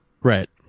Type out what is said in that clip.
Right